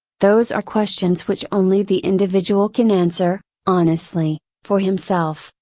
those are questions which only the individual can answer, honestly, for himself,